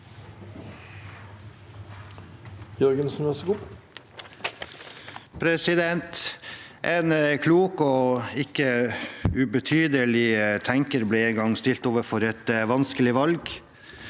En klok og ikke ube- tydelig tenker ble en gang stilt overfor et vanskelig valg: